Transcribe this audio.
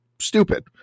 stupid